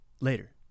Later